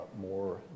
more